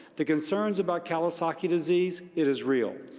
the concerns about kawasaki disease, it is real,